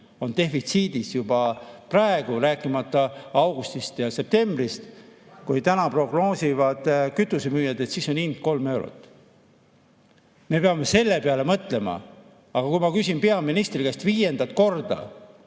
on defitsiidis juba praegu, rääkimata augustist ja septembrist – kütusemüüjad prognoosivad, et siis on hind 3 eurot. Me peame selle peale mõtlema. Aga kui ma küsin peaministri käest viiendat korda,